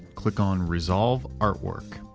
click on resolve artwork,